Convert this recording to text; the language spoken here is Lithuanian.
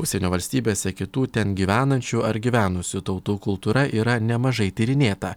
užsienio valstybėse kitų ten gyvenančių ar gyvenusių tautų kultūra yra nemažai tyrinėta